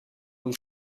will